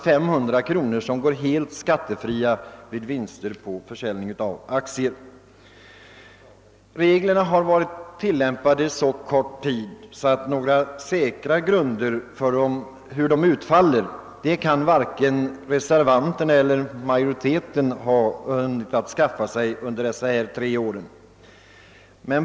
500 kronor går alltså helt skattefria vid vinster på försäljning av aktier. Dessa regler har tillämpats under så kort tid att varken reservanterna eller utskottsmajoriteten har hunnit skaffa sig några säkra grunder för bedömningen av hur de utfallit under dessa tre år.